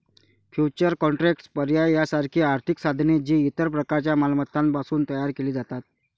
futures contracts, पर्याय यासारखी आर्थिक साधने, जी इतर प्रकारच्या मालमत्तांपासून तयार केली जातात